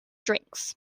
drinks